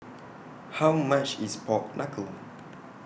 How much IS Pork Kuckle